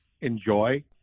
enjoy